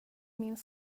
min